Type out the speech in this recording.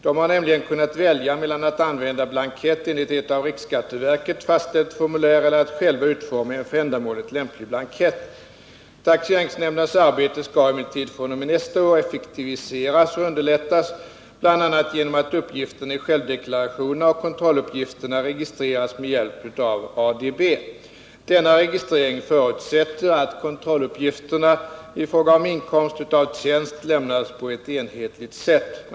De har nämligen kunnat välja mellan att använda blankett enligt ett av riksskatteverket, RSV, fastställt formulär eller att själva utforma en för ändamålet lämplig blankett. Taxeringsnämndernas arbete skall emellertid fr.o.m. nästa år effektiviseras och underlättas bl.a. genom att uppgifterna i självdeklarationerna och kontrolluppgifterna registreras med hjälp av ADB. Denna registrering förutsätter att kontrolluppgifterna i fråga om inkomst av tjänst lämnas på ett enhetligt sätt.